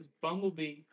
Bumblebee